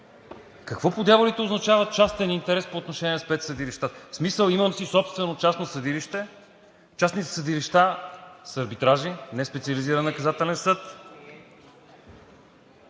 Какво по дяволите означава частен интерес по отношение на спецсъдилищата? В смисъл имам си собствено частно съдилище!? Частните съдилища са арбитражни, не специализиран наказателен съд.